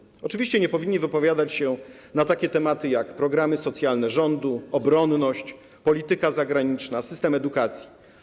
Oczywiście sędziowie nie powinni wypowiadać się na takie tematy, jak programy socjalne rządu, obronność, polityka zagraniczna, system edukacji.